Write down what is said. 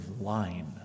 line